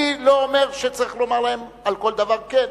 אני לא אומר שצריך לומר להם על כל דבר כן.